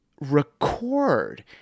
record